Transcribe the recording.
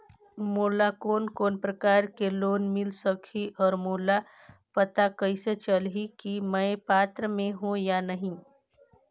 मोला कोन कोन प्रकार के लोन मिल सकही और मोला पता कइसे चलही की मैं पात्र हों या नहीं?